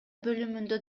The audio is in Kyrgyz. бөлүмүндө